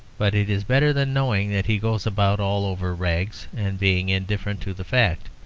but it is better than knowing that he goes about all over rags and being indifferent to the fact.